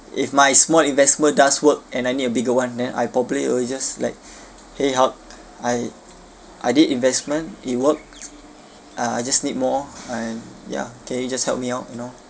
if my small investment does work and I need a bigger one then I'll probably will just like !hey! haq I I did investment it worked uh I just need more and ya can you just help me out you know